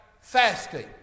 fasting